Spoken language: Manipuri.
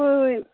ꯍꯣꯏ ꯍꯣꯏ